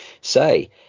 say